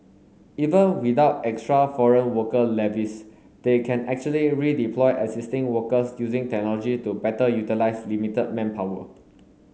even without extra foreign worker levies they can actually redeploy existing workers using technology to better utilise limited manpower